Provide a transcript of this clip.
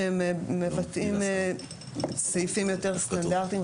שהם מבטאים סעיפים יותר סטנדרטים,